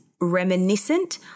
reminiscent